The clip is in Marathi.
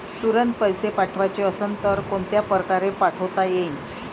तुरंत पैसे पाठवाचे असन तर कोनच्या परकारे पाठोता येईन?